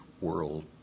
world